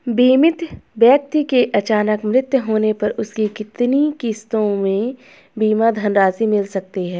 बीमित व्यक्ति के अचानक मृत्यु होने पर उसकी कितनी किश्तों में बीमा धनराशि मिल सकती है?